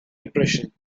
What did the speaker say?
depression